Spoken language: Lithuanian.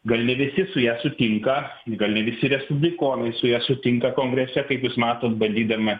gal ne visi su ja sutinka gal ne visi respublikonai su ja sutinka kongrese kaip jūs matot bandydami